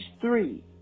three